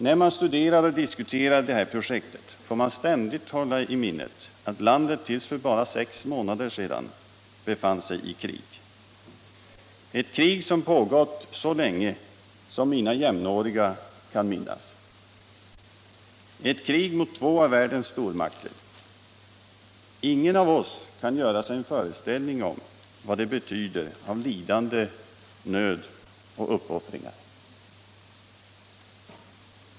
När man studerar och diskuterar det här projektet får man ständigt hålla i minnet att landet till för bara sex månader sedan befann sig i krig — ett krig som pågått så länge som mina jämnåriga kan minnas, ett krig mot två av världens stormakter. Ingen av oss kan göra sig en föreställning om vad det betyder av lidande, nöd och uppoffringar.